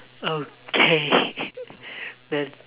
okay the